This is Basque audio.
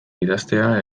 idaztea